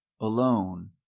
alone